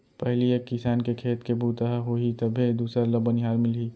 पहिली एक किसान के खेत के बूता ह होही तभे दूसर ल बनिहार मिलही